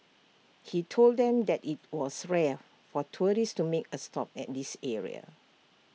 he told them that IT was rare for tourists to make A stop at this area